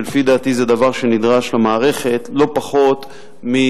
שלפי דעתי זה דבר שנדרש למערכת לא פחות ממסגרת